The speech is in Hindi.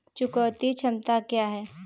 चुकौती क्षमता क्या है?